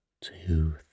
two